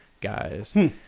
guys